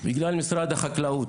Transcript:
בגלל משרד החקלאות,